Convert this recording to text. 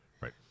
Right